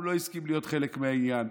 הוא לא הסכים להיות חלק מהעניין.